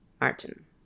Martin